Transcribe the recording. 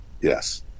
Yes